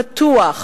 פתוח,